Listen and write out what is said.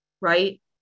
right